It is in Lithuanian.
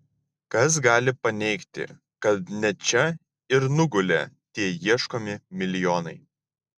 kas gali paneigti kad ne čia ir nugulė tie ieškomi milijonai